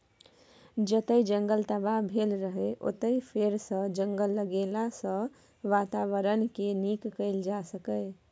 जतय जंगल तबाह भेल रहय ओतय फेरसँ जंगल लगेलाँ सँ बाताबरणकेँ नीक कएल जा सकैए